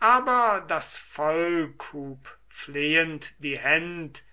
aber das volk hub flehend die händ